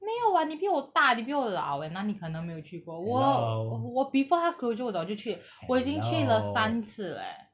没有 [what] 你比我大你比我老 eh 哪里可能没有去过我我 before 他 closure 我早就去了我已经去了三次 leh